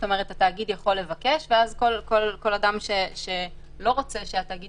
כלומר התאגיד יכול לבקש ואז כל אחד שלא רוצה שהתאגיד